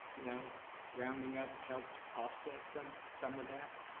you know rounding up helps offset some some of that.